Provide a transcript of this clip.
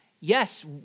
Yes